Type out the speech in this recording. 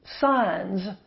signs